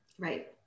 Right